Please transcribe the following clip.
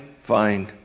find